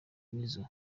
nizzo